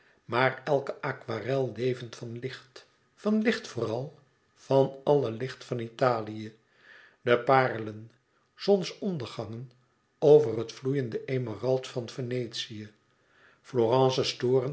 maar elke aquarel levend van licht van licht vooral van alle licht van italië de parelen zonsondergangen over het vloeiende emerald van venetië florence's